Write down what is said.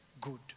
good